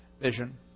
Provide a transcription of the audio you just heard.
vision